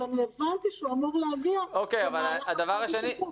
אבל רלוונטי שהוא אמור להגיע במהלך החודש הקרוב.